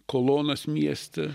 kolonas mieste